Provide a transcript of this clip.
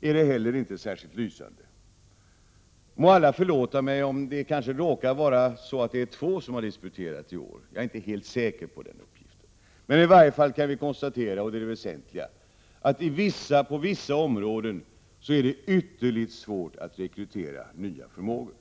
är det inte heller särskilt lysande. Må alla förlåta mig om det kanske råkar vara två som har disputerat i år, jag är inte helt säker på dessa uppgifter. Man kan i varje fall konstatera det väsentliga, nämligen att det på vissa områden är ytterligt svårt att rekrytera nya förmågor.